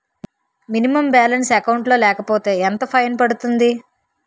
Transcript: Minimum balance account లో లేకపోతే ఎంత ఫైన్ పడుతుంది?